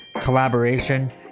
collaboration